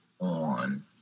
on